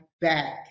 back